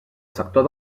sector